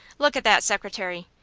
look at that secretary!